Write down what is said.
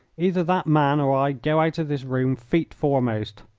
either that man or i go out of this room feet foremost.